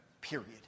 Period